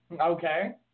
Okay